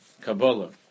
Kabbalah